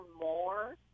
more